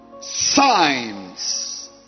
signs